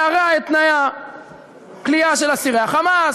להרע את תנאי הכליאה של אסירי ה"חמאס",